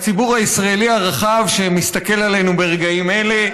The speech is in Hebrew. הציבור הישראלי הרחב שמסתכל עלינו ברגעים אלה,